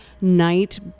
night